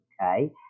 okay